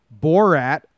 Borat